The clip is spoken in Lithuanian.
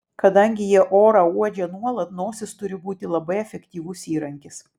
kadangi jie orą uodžia nuolat nosis turi būti labai efektyvus įrankis